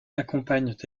accompagnent